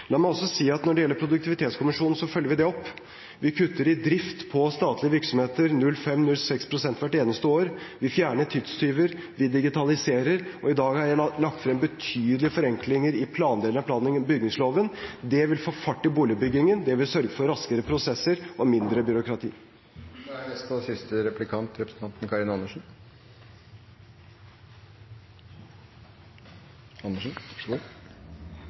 La meg også si at når det gjelder Produktivitetskommisjonen, følger vi det opp. Vi kutter i drift på statlige virksomheter 0,5–0,6 pst. hvert eneste år, vi fjerner tidstyver, vi digitaliserer, og i dag har jeg lagt frem betydelige forenklinger i plandelen av plan- og bygningsloven. Det vil få fart i boligbyggingen, og det vil sørge for raskere prosesser og mindre byråkrati. Jeg er